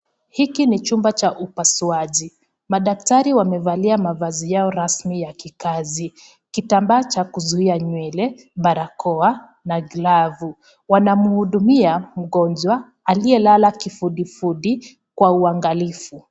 Hiki ni chumba cha upasuaji, madaktari wamevalia mavazi yao rasmi ya kikazi, kitambaa cha kuzuia nywele, barakoa na glavu. Wanamhudumia mgonjwa aliyelala kifudifudi kwa uangalifu.